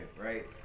right